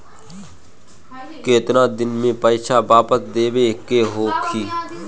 केतना दिन में पैसा वापस देवे के होखी?